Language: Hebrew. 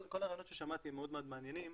כל הרעיונות ששמעתי מאוד מעניינים,